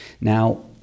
Now